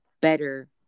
better